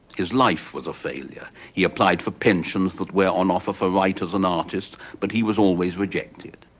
his life was a failure. he applied for pensions that were on offer for writers and artists, but he was always rejected.